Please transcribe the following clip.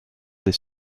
des